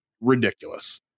ridiculous